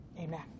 Amen